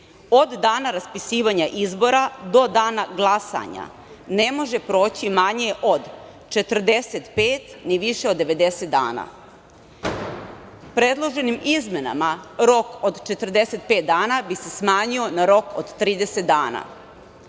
od dana raspisivanja izbora do dana glasanja ne može proći manje od 45, ni više od 90 dana. Predloženim izmenama rok od 45 dana bi se smanjio na rok od 30 dana.